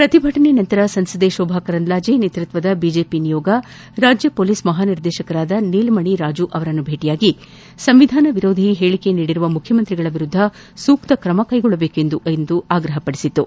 ಪ್ರತಿಭಟನೆ ಬಳಿಕ ಸಂಸದೆ ಶೋಭಾ ಕರಂದ್ಲಾಜೆ ನೇತೃತ್ವದ ಬಿಜೆಪಿ ನಿಯೋಗ ರಾಜ್ಯ ಪೋಲಿಸ್ ಮಹಾನಿರ್ದೇಶಕಿ ನೀಲಮಣಿ ರಾಜು ಅವರನ್ನು ಬೇಟಿಯಾಗಿ ಸಂವಿಧಾನ ವಿರೋಧಿ ಹೇಳಿಕೆ ನೀಡಿರುವ ಮುಖ್ಯಮಂತ್ರಿಗಳ ವಿರುದ್ದ ಸೂಕ್ತ ಕ್ರಮ ಕೈಗೊಳ್ಳುವಂತೆ ಆಗ್ರಹಿಸಿತು